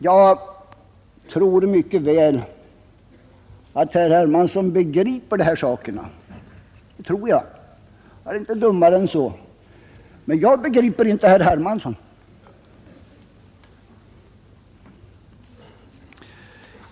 Jag tror att herr Hermansson mycket väl begriper dessa saker — han är inte dummare än så. Men jag begriper inte herr Hermansson!